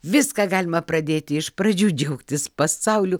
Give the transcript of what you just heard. viską galima pradėti iš pradžių džiaugtis pasauliu